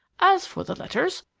as for the letters,